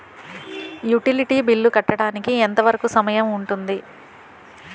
Utility bill కట్టడానికి ఎంత వరుకు సమయం ఉంటుంది?